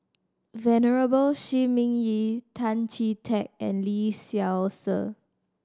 Venerable Shi Ming Yi Tan Chee Teck and Lee Seow Ser